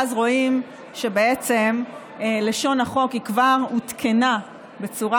ואז רואים שבעצם לשון החוק כבר עודכנה בצורה